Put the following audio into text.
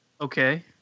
okay